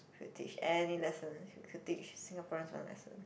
could teach any lesson you could teach Singaporeans one lesson